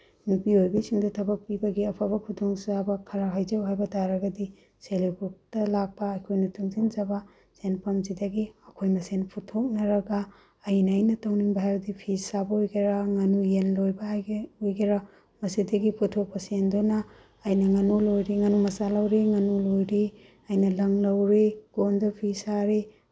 ꯅꯨꯄꯤ ꯑꯣꯏꯕꯤꯁꯤꯡꯗ ꯊꯕꯛ ꯄꯤꯕꯒꯤ ꯑꯐꯕ ꯈꯨꯗꯣꯡꯆꯥꯕ ꯈꯔ ꯍꯥꯏꯖꯧ ꯍꯥꯏꯕ ꯇꯥꯔꯒꯗꯤ ꯁꯦꯜ ꯍꯦꯞ ꯒ꯭ꯔꯨꯞꯇ ꯂꯥꯛꯄ ꯑꯩꯈꯣꯏꯅ ꯇꯨꯡꯁꯤꯟꯖꯕ ꯁꯦꯟꯐꯝꯁꯤꯗꯒꯤ ꯑꯩꯈꯣꯏ ꯃꯁꯦꯟ ꯄꯨꯊꯣꯛꯅꯔꯒ ꯑꯩꯅ ꯑꯩꯅ ꯇꯧꯅꯤꯡꯕ ꯍꯥꯏꯔꯗꯤ ꯐꯤ ꯁꯥꯕ ꯑꯣꯏꯒꯦꯔ ꯉꯥꯅꯨ ꯌꯦꯟ ꯂꯣꯏꯕ ꯑꯣꯏꯒꯦꯔ ꯃꯁꯤꯗꯒꯤ ꯄꯨꯊꯣꯛꯄ ꯁꯦꯟꯗꯨꯅ ꯑꯩꯅ ꯉꯥꯅꯨ ꯂꯣꯏꯔꯦ ꯉꯥꯅꯨ ꯃꯆꯥ ꯂꯧꯔꯦ ꯉꯥꯅꯨ ꯂꯣꯏꯔꯦ ꯑꯩꯅ ꯂꯪ ꯂꯧꯔꯦ ꯀꯣꯟꯗ ꯐꯤ ꯁꯥꯔꯦ